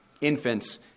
infants